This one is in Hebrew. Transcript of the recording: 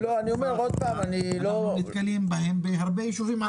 ובתקופה האחרונה אנחנו נתקלים בהן בהרבה יישובים ערבים.